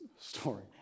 story